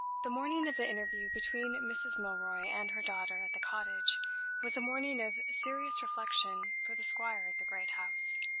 the morning of the interview between mrs. milroy and her daughter at the cottage was a morning of serious reflection for the squire at the great house.